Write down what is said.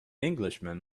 englishman